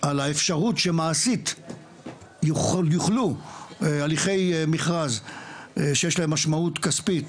על האפשרות שמעשית יוחלו הליכי מכרז שיש להם משמעות כספית